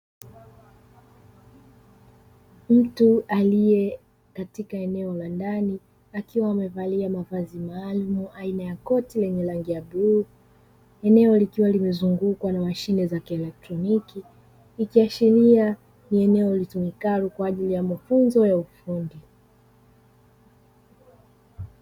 Mtu aliye katika eneo la ndani akiwa amevalia mavazi maalumu aina ya koti lenye rangi ya buluu, eneo likiwa limezungukwa na mashine za kielektroniki, ikiashiria ni eneo litumikalo kwa ajili ya mafunzo ya ufundi.